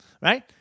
right